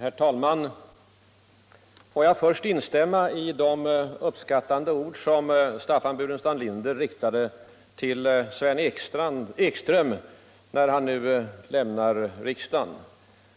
Herr talman! Får jag först instämma i de uppskattande ord som Staffan Burenstam Linder riktade till Sven Ekström som nu lämnar riksdagen.